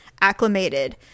acclimated